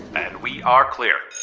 and we are clear